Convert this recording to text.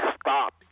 stop